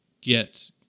get